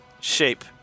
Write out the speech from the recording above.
shape